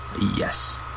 yes